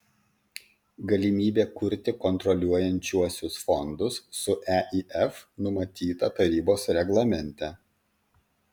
galimybė kurti kontroliuojančiuosius fondus su eif numatyta tarybos reglamente